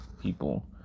people